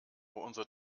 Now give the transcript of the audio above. unsere